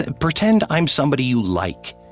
ah pretend i'm somebody you like,